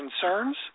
concerns